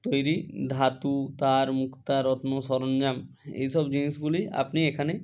তৈরি ধাতু তার মুক্তা রত্ন সরঞ্জাম এই সব জিনিসগুলি আপনি এখানে